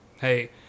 Hey